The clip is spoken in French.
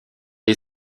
est